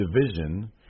division